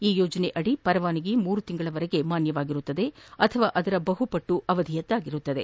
ಈ ಯೋಜನೆಯಡಿ ಪರವಾನಗಿ ಮೂರು ತಿಂಗಳವರೆಗೆ ಮಾನ್ಥವಾಗಿರುತ್ತದೆ ಅಥವಾ ಅದರ ಬಹುಪಟ್ಟು ಅವಧಿಯಾಗಿರುತ್ತದೆ